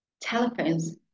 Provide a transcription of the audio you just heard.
Telephones